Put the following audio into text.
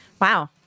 wow